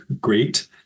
great